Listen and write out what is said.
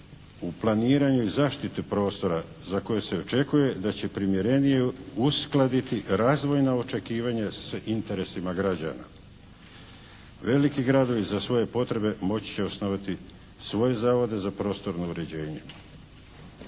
u planiranju i zaštiti prostora za koje se i očekuje da će primjerenije uskladiti razvojna očekivanja sa interesima građana. Veliki gradovi za svoje potrebe moći će osnovati svoje Zavode za prostorno uređenje.